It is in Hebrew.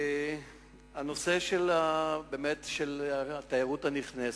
נושא התיירות הנכנסת,